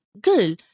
girl